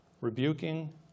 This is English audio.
rebuking